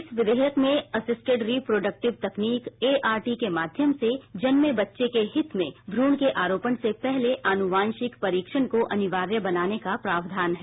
इस विधेयक में असिस्टेड रिप्रोडक्टिव तकनीक एआरटी के माध्यम से जन्मे बच्चे के हित में भ्रूण के आरोपण से पहले आनुवांशिक परीक्षण को अनिवार्य बनाने का प्रावधान है